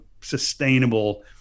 sustainable